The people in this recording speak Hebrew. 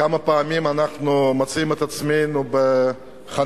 כמה פעמים אנחנו מוצאים את עצמנו בחניות,